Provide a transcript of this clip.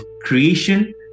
creation